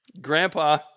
grandpa